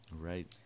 Right